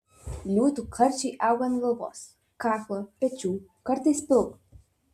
liūtų karčiai auga ant galvos kaklo pečių kartais pilvo